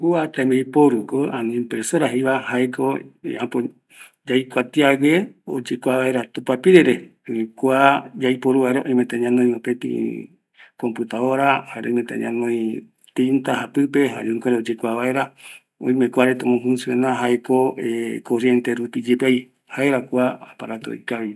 Kua tembiporuko, ani impresora jeiva, jaeko yaikuatiague oyekua vaera tupapirere, kua yaiporu vaera oimeta ñanoi mopetï computadora, oimeta ñanoi tinta japɨpe, jukurai oyekua vaera, kuareta omo funciona corriente rupi yepeai, jaera kua aparato ikavi